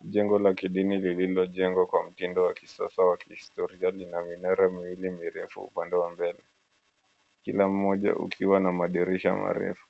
Jengo la kidini lililojengwa kwa mtindo wa kisasa wa kihistoria lina minara miwili mirefu upande wa mbele, kila mmoja ukiwa na madirisha marefu.